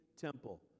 temple